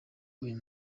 uyu